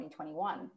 2021